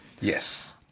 Yes